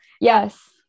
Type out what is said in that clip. Yes